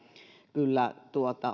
kyllä